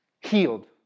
healed